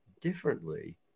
differently